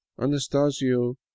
Anastasio